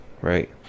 right